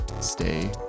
stay